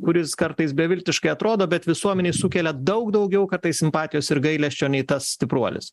kuris kartais beviltiškai atrodo bet visuomenei sukelia daug daugiau kartais simpatijos ir gailesčio nei tas stipruolis